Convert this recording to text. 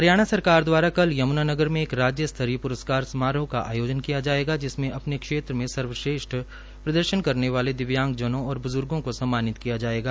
हरियाणा सरकार द्वारा कल यमुनानगर में एक राज्य स्तरीय पुरस्कार समारोह का आयोजन किया जाएगा जिसमें अपने क्षेत्र में सर्वश्रेष्ठ प्रदर्शन करने वाले दिव्यांगजनों और बुजुर्गो को सम्मानित किया जाएगा